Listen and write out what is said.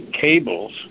cables